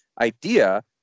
idea